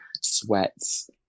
sweats